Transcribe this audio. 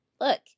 Look